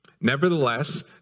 Nevertheless